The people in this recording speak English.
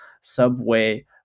subway